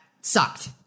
sucked